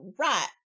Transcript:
Right